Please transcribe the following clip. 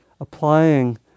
applying